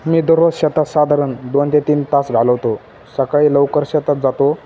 मी दररोज शेतात साधारण दोन ते तीन तास घालवतो सकाळी लवकर शेतात जातो